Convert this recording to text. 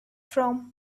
from